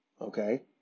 okay